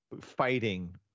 fighting